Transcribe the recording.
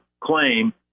claim